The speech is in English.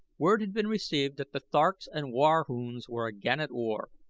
word had been received that the tharks and warhoons were again at war,